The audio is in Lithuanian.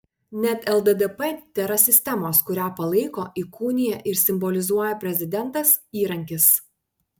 net lddp tėra sistemos kurią palaiko įkūnija ir simbolizuoja prezidentas įrankis